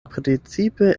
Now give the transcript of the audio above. precipe